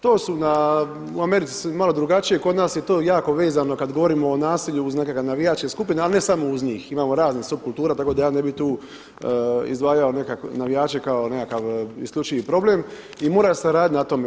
To su na, u Americi je malo drugačije, kod nas je to jako vezano kada govorimo o nasilju uz nekakve navijačke skupine, ali ne samo uz njih, imamo raznih supkultura tako da ja ne bih tu izdvajao navijače kao nekakav isključivi problem i mora se raditi na tome.